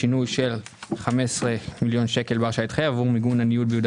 יש 15 מיליון שקל בהרשאה להתחייב עבור מיגון ביהודה